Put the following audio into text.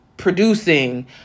Producing